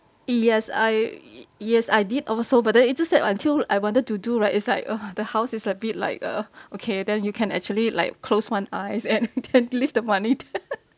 yes I yes I did also but then it's just that until I wanted to do right it's like uh the house is a bit like uh okay then you can actually like close one eyes and can leave the money